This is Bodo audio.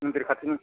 मन्दिर खाथिनि